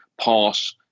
pass